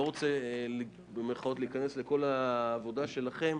אני לא רוצה להיכנס לכל העבודה שלכם,